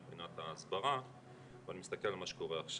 מבחינת ההסברה ואני מסתכל על מה שקורה עכשיו,